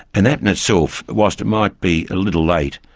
and that in itself, whilst it might be a little late,